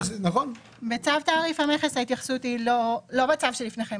בצו תעריף המכס ההתייחסות היא לא לצו שבפניכם,